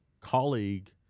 Colleague